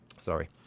Sorry